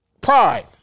pride